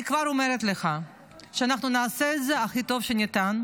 אני כבר אומרת לך שאנחנו נעשה את זה הכי טוב שניתן,